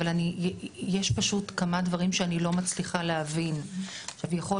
אבל יש פשוט כמה דברים שאני לא מצליחה להבין ויכול